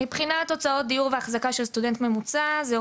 מבחינת הוצאות של דיור ואחזקה בקרב סטודנט ממוצע בישראל אנחנו